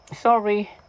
Sorry